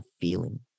feeling